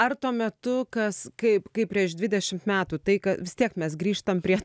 ar tuo metu kas kaip kaip prieš dvidešimt metų tai ką vis tiek mes grįžtam prie